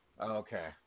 Okay